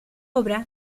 obra